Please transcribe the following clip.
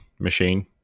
machine